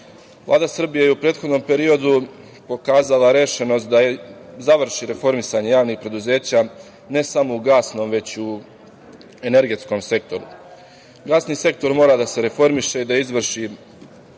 Vlada Srbije je u prethodnom periodu pokazala rešenost da završi reformisanje javnih preduzeća ne samo u gasnom, već i u energetskom sektoru. Gasni sektor mora da se reformiše, da završi